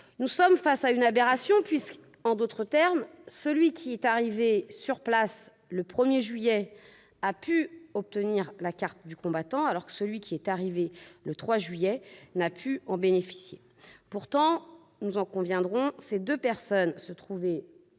Nous sommes face à une aberration : celui qui est arrivé sur place le 1 juillet 1962 a pu obtenir la carte du combattant, alors que celui qui est arrivé le 3 juillet 1962 n'a pu en bénéficier. Pourtant, vous en conviendrez, ces deux personnes se trouvaient